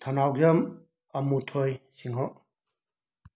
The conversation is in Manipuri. ꯊꯧꯅꯥꯎꯖꯝ ꯑꯃꯨꯊꯣꯏ ꯁꯤꯡꯍꯣ